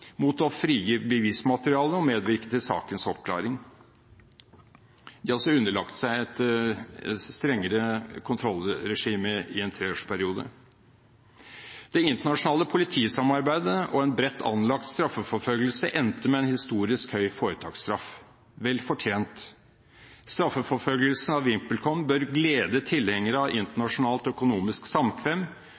mot å frigi bevismateriale og medvirke til sakens oppklaring. De har også underlagt seg et strengere kontrollregime i en treårsperiode. Det internasjonale politisamarbeidet og en bredt anlagt straffeforfølgelse endte med en historisk høy foretaksstraff – vel fortjent. Straffeforfølgelsen av VimpelCom bør glede tilhengere av internasjonalt økonomisk samkvem